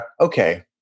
okay